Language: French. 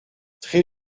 très